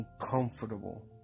uncomfortable